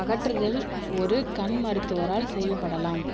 அகற்றுதல் ஒரு கண் மருத்துவரால் செய்யப்படலாம்